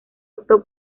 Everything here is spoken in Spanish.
optó